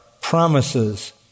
promises